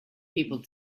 people